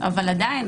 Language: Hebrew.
אבל עדיין,